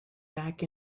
back